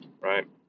Right